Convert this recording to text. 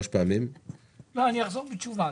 לא, אני אחזור בתשובה.